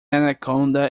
anaconda